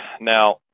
Now